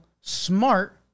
smart